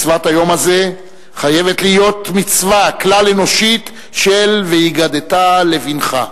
מצוות היום הזה חייבת להיות מצווה כלל-אנושית של "והגדת לבנך".